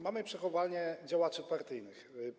Mamy przechowalnię działaczy partyjnych.